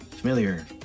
Familiar